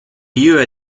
lieu